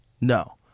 No